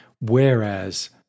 Whereas